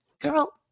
girl